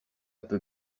peut